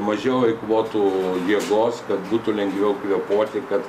mažiau eikvotų jėgos kad būtų lengviau kvėpuoti kad